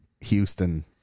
Houston